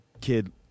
kid